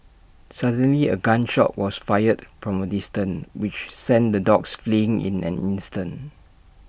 suddenly A gun shot was fired from A distance which sent the dogs fleeing in an instant